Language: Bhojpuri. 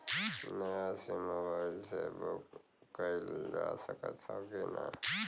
नया सिम मोबाइल से बुक कइलजा सकत ह कि ना?